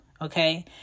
okay